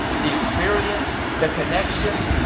the experience, the connections.